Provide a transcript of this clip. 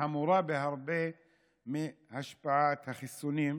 חמורה בהרבה מהשפעת החיסונים,